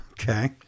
okay